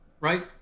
right